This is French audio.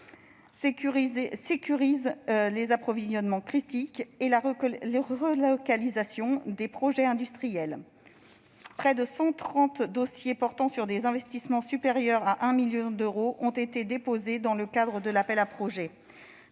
sécurise les approvisionnements critiques et la relocalisation de projets industriels. Près de cent trente dossiers, portant sur des investissements supérieurs à 1 million d'euros, ont déjà été déposés dans le cadre d'un appel à projets